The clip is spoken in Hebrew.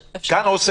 לא כמה אנשים הזכות.